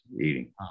eating